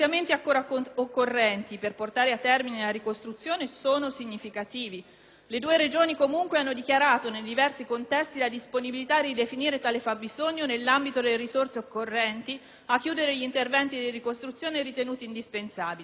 Le due Regioni comunque hanno dichiarato nei diversi contesti la disponibilità a ridefinire tale fabbisogno nell'ambito delle risorse occorrenti a chiudere gli interventi di ricostruzione ritenuti indispensabili e, sulla base di questa nuova definizione, costruire una ipotesi pluriennale di chiusura.